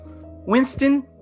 Winston